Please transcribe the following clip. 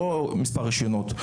לא מספר הרישיונות.